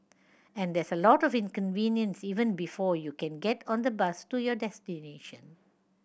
and there's a lot of inconvenience even before you can get on the bus to your destination